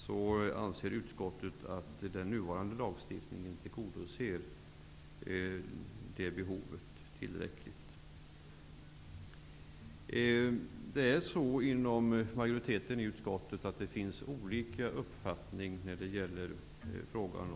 Utskottet anser här att den nuvarande lagstiftningen tillräckligt tillgodoser detta behov. I frågan om registrerat partnerskap finns det olika uppfattningar hos utskottsmajoriteten.